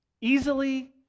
easily